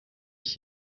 ich